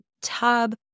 tub